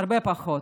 הרבה פחות.